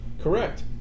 Correct